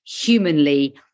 humanly